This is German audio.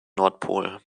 nordpol